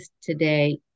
today